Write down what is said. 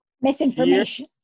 misinformation